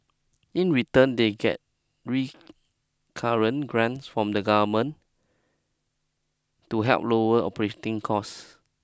in return they get recurrent grants from the government to help lower operating costs